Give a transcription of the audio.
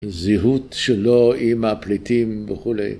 זיהות שלו עם הפליטים וכולי